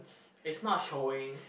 it's not showing